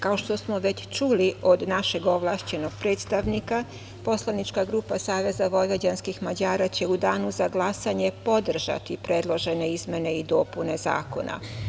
Kao što smo već čuli od našeg ovlašćenog predstavnika, poslanička grupa SVM će u danu za glasanje podržati predložene izmene i dopune zakona.